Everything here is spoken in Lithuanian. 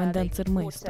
vandens ir maisto